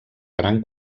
gran